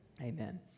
Amen